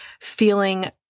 feeling